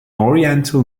oriental